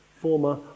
former